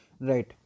right